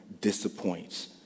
disappoints